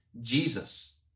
Jesus